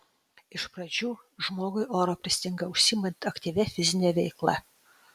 iš pradžių žmogui oro pristinga užsiimant aktyvia fizine veikla